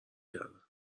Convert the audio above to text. کردن